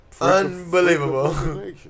Unbelievable